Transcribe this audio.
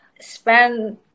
spend